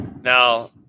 Now